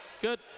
Good